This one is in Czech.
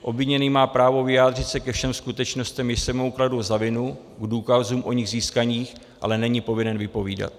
Obviněný má právo vyjádřit se ke všem skutečnostem, jež se mu kladou za vinu, k důkazům o nich získaných, ale není povinen vypovídat.